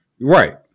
Right